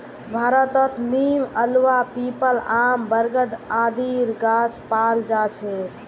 भारतत नीम, आंवला, पीपल, आम, बरगद आदिर गाछ पाल जा छेक